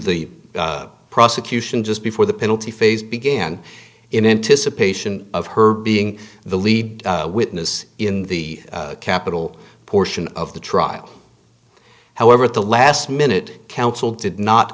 the prosecution just before the penalty phase began in anticipation of her being the lead witness in the capital portion of the trial however at the last minute counsel did not